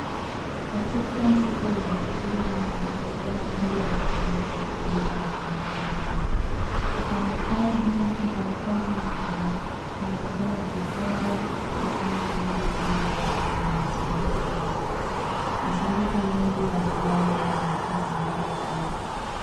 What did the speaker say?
Katika soko lenye shughuli nyingi vijana wengi wamekusanyika wakiuza na kununua nyanya. Mfanyikazi mmoja anaonekana akipanga nyanya nyingi zilizowekwa kwenye masanduku ya mbao. Masanduku mengi yamejaa nyanya nyekundu zilizokomaa.